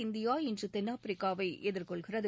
உலக இந்தியா இன்று தென்னாப்பிரிக்கா வை எதிர்கொள்கிறது